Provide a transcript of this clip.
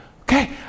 Okay